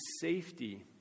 safety